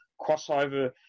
crossover